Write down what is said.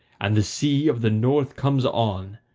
and the sea of the north comes on.